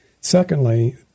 Secondly